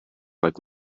like